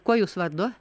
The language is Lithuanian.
kuo jūs vardu